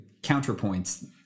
counterpoints